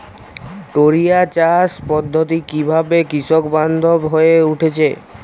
টোরিয়া চাষ পদ্ধতি কিভাবে কৃষকবান্ধব হয়ে উঠেছে?